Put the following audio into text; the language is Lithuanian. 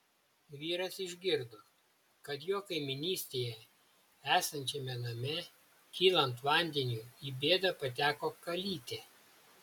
vyras išgirdo kad jo kaimynystėje esančiame name kylant vandeniui į bėdą pateko kalytė